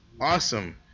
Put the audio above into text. awesome